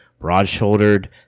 Broad-shouldered